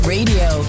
Radio